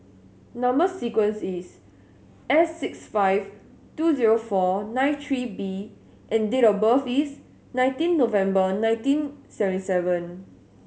number sequence is S six five two zero four nine three B and date of birth is nineteen November nineteen seventy seven